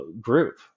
group